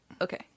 okay